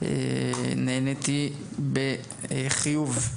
נעניתי בחיוב,